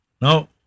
Now